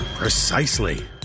Precisely